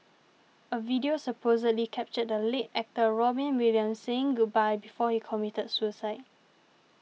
a video supposedly captured the late actor Robin Williams saying goodbye before he committed suicide